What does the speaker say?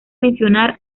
mencionar